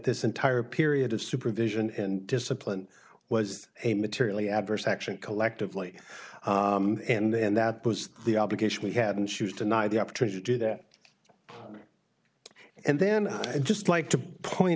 this entire period of supervision and discipline was a materially adverse action collectively and that was the obligation we had and she was denied the opportunity to do that and then just like to point